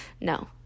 no